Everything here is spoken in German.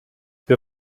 der